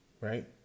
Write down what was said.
right